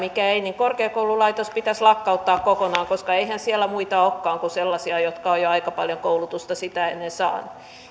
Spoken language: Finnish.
ja mikä ei niin korkeakoululaitos pitäisi lakkauttaa kokonaan koska eihän siellä muita olekaan kuin sellaisia jotka ovat jo aika paljon koulutusta sitä ennen saaneet